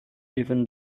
even